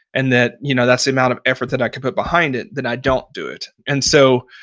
and that you know that's the amount of effort that i could put behind it, than i don't do it. and so,